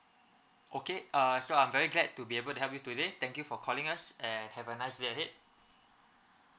okay err I so I'm very glad to be able to help you today thank you for calling us and have a nice day ahead